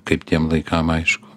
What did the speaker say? kaip tiem laikam aišku